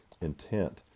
intent